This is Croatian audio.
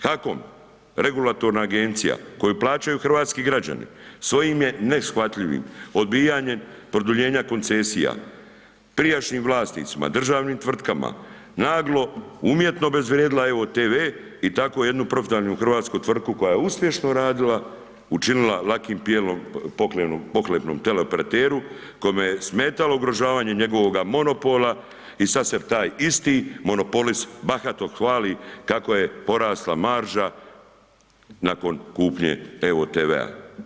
HAKOM, regulatorna agencija koju plaćaju hrvatski građani svojim je neshvatljivim odbijanjem produljenja koncesija prijašnjim vlasnicima, državnim tvrtkama naglo umjetno obezvrijedila EVO TV i tako jednu profitabilnu hrvatsku tvrtku koja je uspješno radila učinila lakim plijenom pohlepnom teleoperateru kome je smetalo ugrožavanje njegovog monopola i sada se taj isti monopolist bahato hvali kako je porasla marža nakon kupnje EVO TV-a.